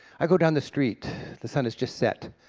i go down the street. the sun has just set,